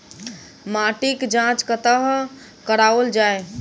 माटिक जाँच कतह कराओल जाए?